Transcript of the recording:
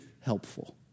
helpful